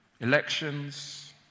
Elections